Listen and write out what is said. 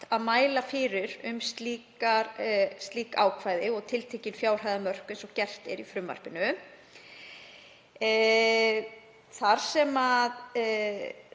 að mæla fyrir um slík ákvæði og tiltekin fjárhæðarmörk eins og gert er í frumvarpinu. Við teljum